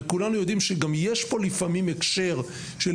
וכולנו יודעים שגם יש פה לפעמים הקשר של